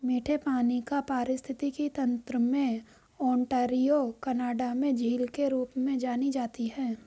मीठे पानी का पारिस्थितिकी तंत्र में ओंटारियो कनाडा में झील के रूप में जानी जाती है